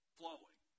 flowing